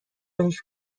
بهش